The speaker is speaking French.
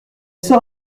sort